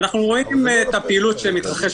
בריכה משתרעת